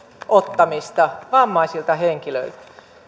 ottamista pois vammaisilta henkilöitä